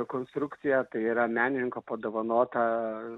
rekonstrukciją tai yra menininko padovanota